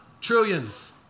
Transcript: trillions